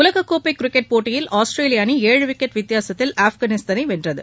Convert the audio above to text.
உலகக்கோப்பை கிரிக்கெட் போட்டியில் ஆஸ்திரேலிய அணி ஏழு விக்கெட் வித்தியாசத்தில் ஆப்கானிஸ்தானை வென்றது